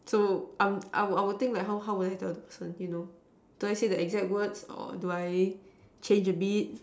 so I'm I would think like how how would I tell the difference you know do I say the exact words or do I change a bit